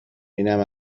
اینم